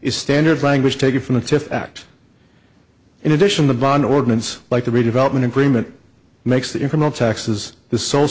is standard language taken from a to act in addition the bond ordinance like the redevelopment agreement makes the income tax is the so